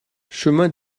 chemin